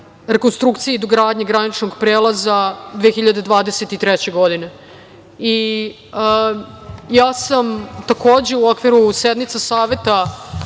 rekonstrukcije i dogradnje graničnog prelaza 2023. godine. Takođe, u okviru sednica Saveta